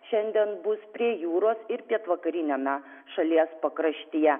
šiandien bus prie jūros ir pietvakariniame šalies pakraštyje